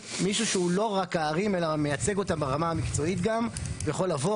מישהו שהוא לא רק הערים אלא מייצג אותם גם ברמה המקצועית ויכול לבוא.